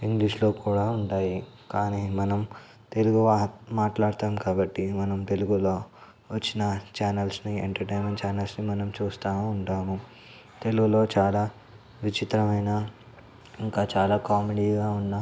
ఇంగ్లీష్లో కూడా ఉంటాయి కానీ మనం తెలుగు వా మాట్లాడుతాము కాబట్టి మనం తెలుగులో వచ్చిన ఛానల్స్ని ఎంటర్టైన్మెంట్ ఛానల్స్ని మనం చూస్తూ ఉంటాము తెలుగులో చాలా విచిత్రమైన ఇంకా చాలా కామెడీగా ఉన్నా